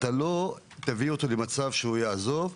אתה לא תביא אותו למצב שהוא יעזוב.